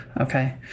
okay